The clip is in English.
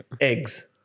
Eggs